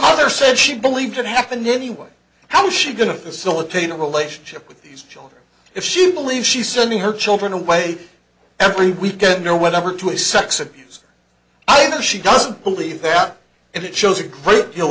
mother said she believed it happened anyway how is she going to facilitate a relationship with these children if she believes she sending her children away every weekend or whatever to a sex abuse i know she doesn't believe that and it shows a great deal